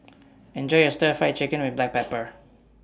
Enjoy your Stir Fry Chicken with Black Pepper